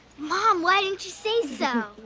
mom, why didn't you say so?